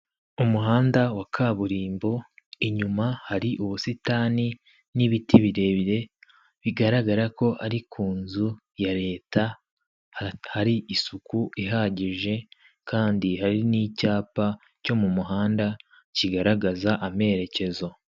Umuhanda wa kaburimbo inyuma hari ubusitani n'ibiti birebire bigaragara ko ari ku nzu ya leta, hari isuku ihagije kandi hari n'icyapa cyo mu muhanda kigaragaza amerekezo.